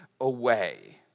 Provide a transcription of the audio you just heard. away